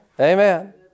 Amen